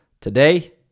today